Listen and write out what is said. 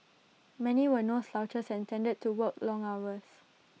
many were no slouches and tended to work long hours